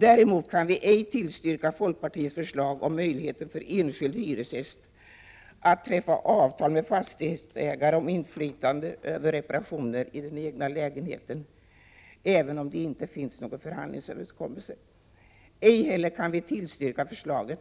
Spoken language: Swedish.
Däremot kan vi ej tillstyrka folkpartiets förslag om möjligheter för enskild hyresgäst att träffa avtal med fastighetsägare om inflytande över reparationer i den egna lägenheten, även om det inte finns någon förhandlingsöverenskommelse. Ej heller kan vi tillstyrka förslaget